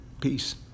peace